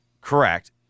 Correct